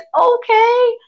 okay